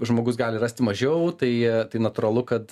žmogus gali rasti mažiau tai tai natūralu kad